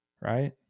Right